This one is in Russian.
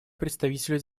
представителю